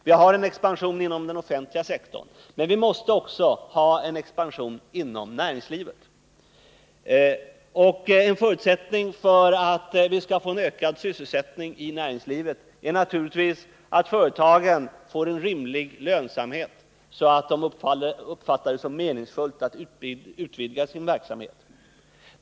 Vi har en expansion inom den offentliga sektorn, men vi måste också ha en expansion inom näringslivet. En förutsättning för att vi skall få en ökad sysselsättning i näringslivet är naturligtvis att företagen får en rimlig lönsamhet, så att de uppfattar det som meningsfullt att utvidga sin verksamhet.